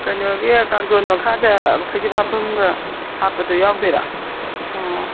ꯀꯩꯅꯣꯒꯤ ꯀꯥꯡꯊꯣꯟ ꯃꯈꯥꯗ ꯐꯩꯖꯨꯞ ꯍꯥꯞꯐꯝꯒ ꯍꯥꯞꯄꯗꯣ ꯌꯥꯎꯗꯣꯏꯔꯥ ꯑꯣ